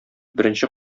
беренче